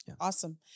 Awesome